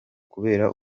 kubera